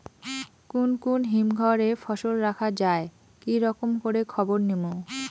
কুন কুন হিমঘর এ ফসল রাখা যায় কি রকম করে খবর নিমু?